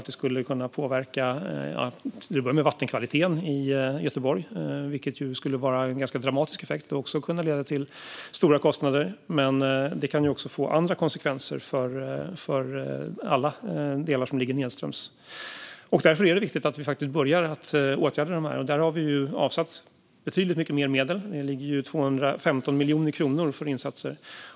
Det börjar med vattenkvaliteten i Göteborg, vilket skulle vara en ganska dramatisk effekt. Det skulle kunna leda till stora kostnader. Men det kan också få andra konsekvenser för alla delar som ligger nedströms. Därför är det viktigt att vi börjar att åtgärda detta. Där har vi avsatt betydligt mycket mer medel. Det ligger 215 miljoner för insatser.